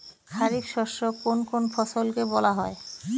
খারিফ শস্য কোন কোন ফসলকে বলা হয়?